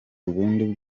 ubundi